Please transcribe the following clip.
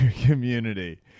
community